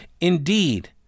Indeed